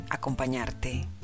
Acompañarte